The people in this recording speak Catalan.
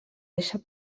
deixa